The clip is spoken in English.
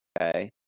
okay